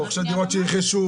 רוכשי דירות פוטנציאליים,